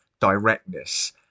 directness